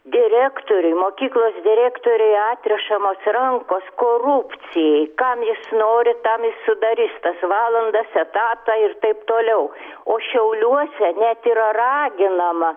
direktoriui mokyklos direktorei atrišamos rankos korupcijai kam jis nori tam jis sudarys tas valandas etatą ir taip toliau o šiauliuose net yra raginama